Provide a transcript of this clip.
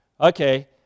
okay